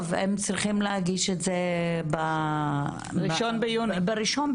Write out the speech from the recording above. טוב, הם צריכים להגיש את זה ב-1 ביוני.